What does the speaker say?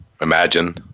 imagine